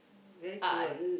very cruel